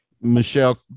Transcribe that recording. Michelle